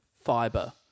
fiber